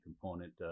component